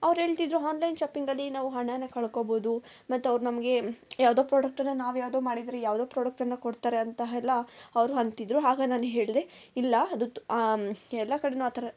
ಅವರು ಹೇಳ್ತಿದ್ರು ಆನ್ಲೈನ್ ಶಾಪಿಂಗಲ್ಲಿ ನಾವು ಹಣನ ಕಳ್ಕೊಬೋದು ಮತ್ತು ಅವರು ನಮಗೆ ಯಾವುದೋ ಪ್ರಾಡಕ್ಟನ್ನು ನಾವು ಯಾವುದೋ ಮಾಡಿದ್ರಿ ಯಾವುದೋ ಪ್ರಾಡಕ್ಟನ್ನು ಕೊಡ್ತಾರೆ ಅಂತ ಎಲ್ಲ ಅವರು ಅಂತಿದ್ರು ಆಗ ನಾನು ಹೇಳ್ದೆ ಇಲ್ಲ ಅದು ಎಲ್ಲ ಕಡೆಯು ಆ ಥರ